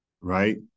right